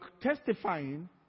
testifying